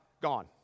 gone